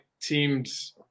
teams